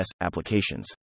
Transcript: applications